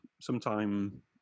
sometime